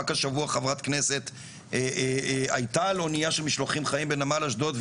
רק השבוע חברת כנסת היתה על אוניה של משלוחים חיים בנמל אשדוד,